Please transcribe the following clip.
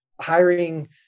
hiring